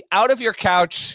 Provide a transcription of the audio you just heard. out-of-your-couch